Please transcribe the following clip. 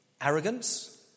Arrogance